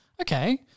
Okay